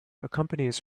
accompanies